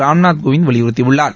ராம்நாத் கோவிந்த் வலியுறுத்தியுள்ளார்